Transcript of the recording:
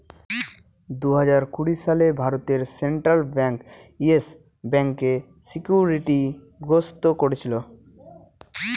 দুই হাজার কুড়ি সালে ভারতে সেন্ট্রাল ব্যাঙ্ক ইয়েস ব্যাঙ্কে সিকিউরিটি গ্রস্ত করেছিল